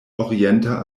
orienta